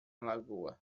lagoa